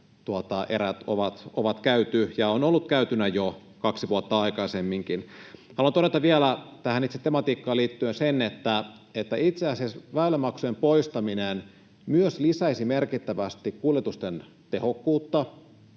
erät on käyty ja ovat olleet käytyinä jo kaksi vuotta aikaisemminkin. Haluan todeta vielä tähän itse tematiikkaan liittyen sen, että itse asiassa väylämaksujen poistaminen myös lisäisi merkittävästi kuljetusten tehokkuutta